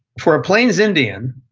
for a plains indian,